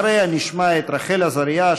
אחריה נשמע את רחל עזריה,